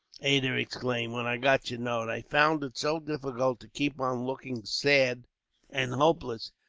ada exclaimed, when i got your note! i found it so difficult to keep on looking sad and hopeless,